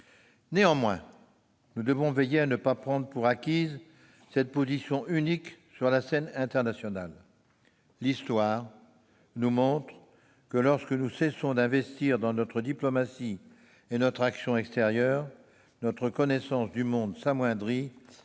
Néanmoins, nous devons veiller à ne pas prendre pour acquise cette position unique sur la scène internationale. L'histoire nous montre que, lorsque nous cessons d'investir dans notre diplomatie et notre action extérieure, notre connaissance du monde s'amoindrit,